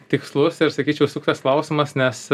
tikslus ir sakyčiau suktas klausimas nes